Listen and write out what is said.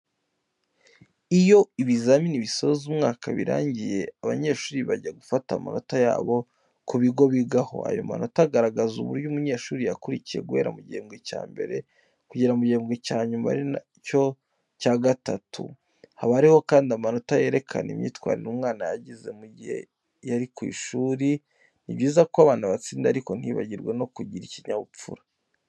Iyo ibizamini bisoza umwaka birangiye, abanyeshuri bajya gufata amanota yabo ku bigo bigaho, ayo manota agaragaza uburyo umunyeshuri yakurikiye guhera mu gihebwe cya mbere kugeza mu gihebwe cyanyuma aricyo cya gatatu, haba hariho kandi amanota yerekana imyitwarire umwana yagize mu gihe yari ku ishuri. Ni byiza ko abana batsinda ariko ntibibagirwe no kugira ikinyabupfura.